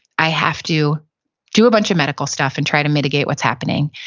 i have to do a bunch of medical stuff and try to mitigate what's happening,